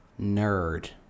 nerd